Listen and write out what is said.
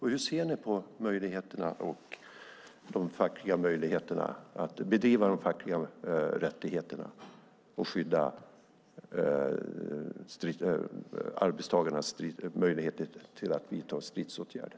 Hur ser ni på möjligheterna att bevara de fackliga rättigheterna och skydda arbetstagarnas möjligheter att vidta stridsåtgärder?